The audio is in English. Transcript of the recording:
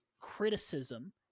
criticism